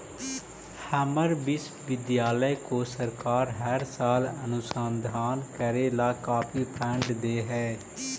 हमर विश्वविद्यालय को सरकार हर साल अनुसंधान करे ला काफी फंड दे हई